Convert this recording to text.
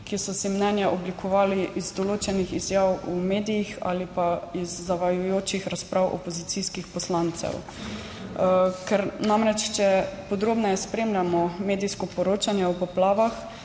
ki so si mnenje oblikovali iz določenih izjav v medijih ali pa iz zavajajočih razprav opozicijskih poslancev, ker namreč, če podrobneje spremljamo medijsko poročanje o poplavah,